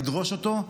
נדרוש אותו,